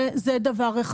זה דבר אחד.